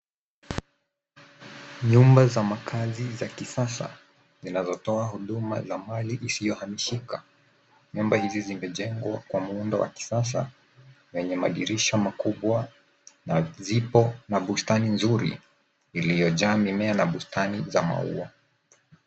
Nyumba za makzi za kisasa zinazotoa huduma ya mali isiyo hamishika. Nyumba hizi zimejengwa kwa muundo wa kisasa yenye madirisha makubwa na zipo mabustani nzuri iliyojaa mimea na bustani za maua.